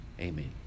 Amen